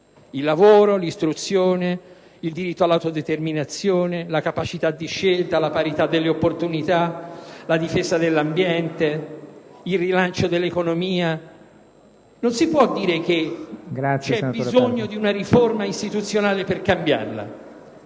Il lavoro, l'istruzione, il diritto l'autodeterminazione, la capacità di scelta, la parità delle opportunità, la difesa dell'ambiente, il rilancio dell'economia: non si può dire che c'è bisogno di una riforma istituzionale per cambiare.